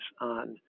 on